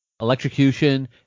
electrocution